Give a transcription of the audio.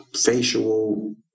facial